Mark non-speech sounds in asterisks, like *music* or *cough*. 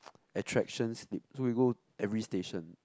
*noise* attractions slip so we go every station